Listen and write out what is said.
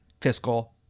fiscal